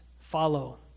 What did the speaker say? follow